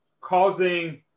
causing